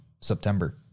September